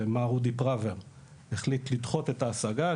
מר אודי פרבר החליט לדחות את ההשגה,